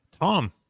Tom